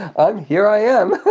i'm, here i am.